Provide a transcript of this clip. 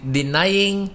denying